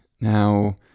Now